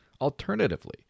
Alternatively